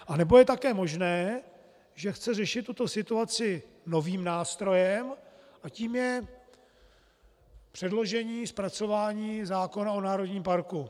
A nebo je také možné, že chce řešit tuto situaci novým nástrojem a tím je předložení, zpracování zákona o národním parku.